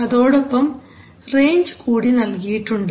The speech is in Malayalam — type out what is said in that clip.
അതോടൊപ്പം റേഞ്ച് കൂടി നൽകിയിട്ടുണ്ട്